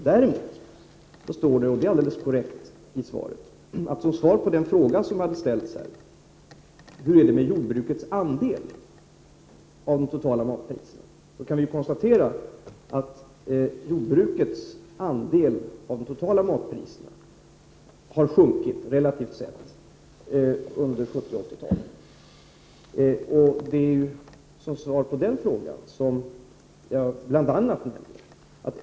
Däremot står det alldeles korrekt i svaret — som svar på frågan om hur det är med jordbrukets andel av de totala matpriserna — att jordbrukets andel av de totala matpriserna har sjunkit relativt sett under 70 och 80-talen.